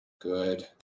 Good